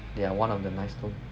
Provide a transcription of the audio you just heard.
they are one of the nice two